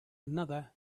another